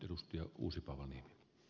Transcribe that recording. arvoisa puhemies